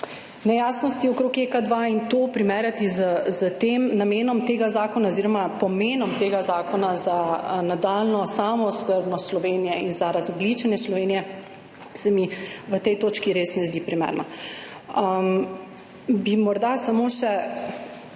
nejasnosti okrog JEK 2 in to primerjati z namenom tega zakona oziroma s pomenom tega zakona za nadaljnjo samooskrbo Slovenije in za razogljičenje Slovenije, se mi na tej točki res ne zdi primerno. Bom